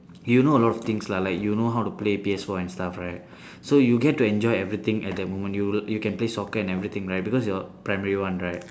you know a lot of things lah like you know how to play P_S four and stuff right so you get to enjoy everything at that moment you you can play soccer and everything right because you are primary one right